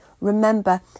remember